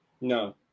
No